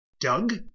Doug